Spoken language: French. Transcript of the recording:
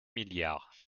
milliards